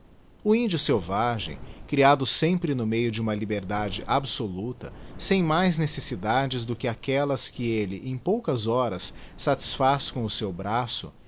inventado o índio selvagem creado sempre no meio de uma liberdade absoluta sem mais necessidades do que aquellas que elle em poucas horas satisfaz com o seu braço